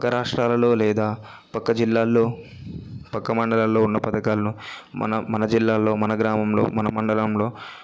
పక్క రాష్ట్రాలలో లేదా పక్క జిల్లాల్లో పక్క మండలాల్లో ఉన్న పథకాలను మనం మన జిల్లాలో మన గ్రామంలో మన మండలంలో